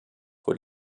vor